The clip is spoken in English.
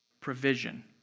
provision